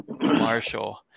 marshall